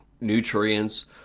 nutrients